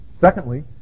Secondly